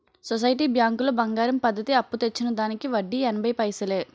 society బ్యాంకులో బంగారం పద్ధతి అప్పు తెచ్చిన దానికి వడ్డీ ఎనభై పైసలే